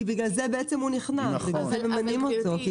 בגלל זה בעצם הוא נכנס, בגלל זה ממנים אותו.